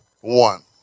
one